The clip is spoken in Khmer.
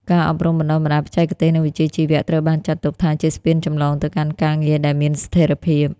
ការអប់រំបណ្ដុះបណ្ដាលបច្ចេកទេស និងវិជ្ជាជីវៈ ត្រូវបានចាត់ទុកថាជាស្ពានចម្លងទៅកាន់ការងារដែលមានស្ថិរភាព។